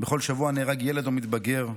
בכל שבוע נהרג ילד או מתבגר,